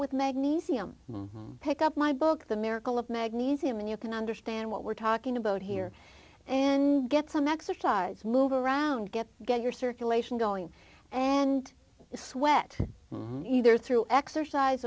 with magnesium pick up my book the miracle of magnesium and you can understand what we're talking about here and get some exercise move around get get your circulation going and sweat either through exercise